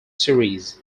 series